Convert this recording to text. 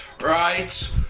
right